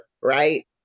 right